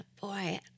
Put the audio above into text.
boy